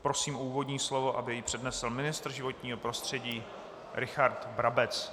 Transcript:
Prosím o úvodní slovo, aby jej přednesl ministr životního prostředí Richard Brabec.